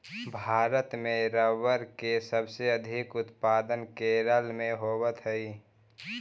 भारत में रबर के सबसे अधिक उत्पादन केरल में होवऽ हइ